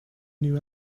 new